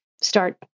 start